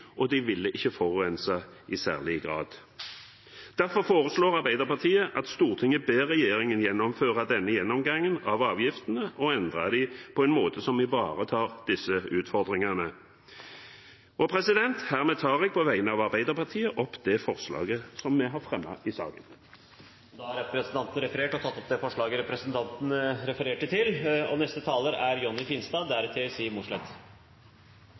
og de vil ikke forurense i særlig grad. Derfor foreslår Arbeiderpartiet og Senterpartiet at Stortinget ber regjeringen gjennomføre denne gjennomgangen av avgiftene og endre dem på en måte som ivaretar disse utfordringene. Hermed tar jeg på vegne av Arbeiderpartiet opp det forslaget vi har fremmet sammen med Senterpartiet i saken. Representanten Øystein Langholm Hansen har tatt opp det forslaget han refererte til. Kortbanenettet er